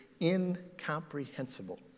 incomprehensible